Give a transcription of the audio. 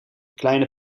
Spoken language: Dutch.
kleine